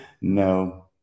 No